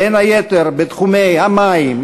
בין היתר בתחומי המים,